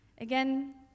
Again